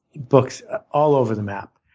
books all over the map.